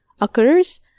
occurs